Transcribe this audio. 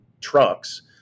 trucks